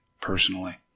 personally